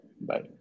Bye